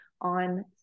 on